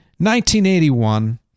1981